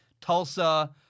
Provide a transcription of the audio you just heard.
Tulsa